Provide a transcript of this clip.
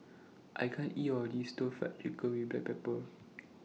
I can't eat All of This Stir Fried Chicken with Black Pepper